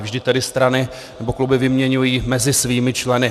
Vždy tedy strany nebo kluby vyměňují mezi svými členy.